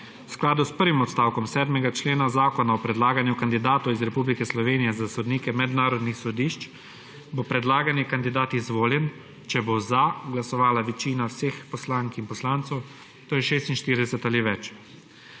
skladu s prvim odstavkom 7. člena Zakona o predlaganju kandidatov iz Republike Slovenije za sodnike mednarodnih sodišč bo predlagani kandidat izvoljen, če bo za glasovala večina vseh poslank in poslancev, to je 46 ali več.